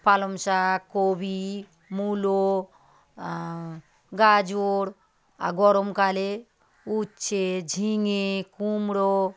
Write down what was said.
পালং শাক কপি মূলো গাজর গরমকালে উচ্ছে ঝিঙে কুমড়ো